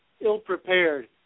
ill-prepared